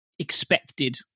Expected